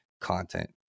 content